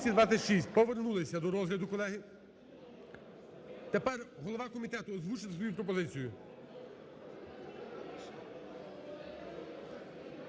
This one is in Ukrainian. Повернулися до розгляду, колеги. Тепер голова комітету озвучить свою пропозицію.